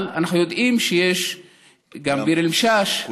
אבל אנחנו יודעים שיש גם ביר-אל-משאש,